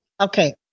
Okay